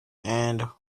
and